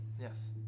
yes